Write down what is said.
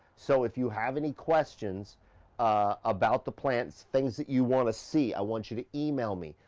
so if you have any questions about the plants, things that you wanna see, i want you to email me,